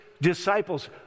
disciples